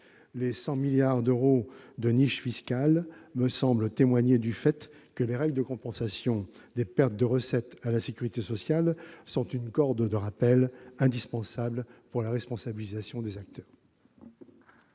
de 100 milliards d'euros atteint par les niches fiscales me semble témoigner du fait que les règles de compensation des pertes de recettes de la sécurité sociale sont une corde de rappel indispensable pour la responsabilisation des acteurs.